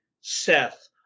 Seth